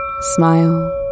Smile